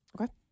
Okay